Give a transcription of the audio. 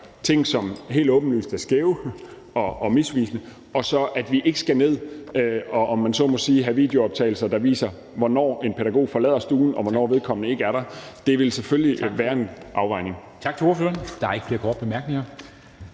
ting, som helt åbenlyst er skæve og misvisende, og det, at vi ikke skal ned og, om man så må sige, have videooptagelser, der viser, hvornår en pædagog forlader stuen, og hvornår vedkommende ikke er der. Det vil selvfølgelig være en afvejning.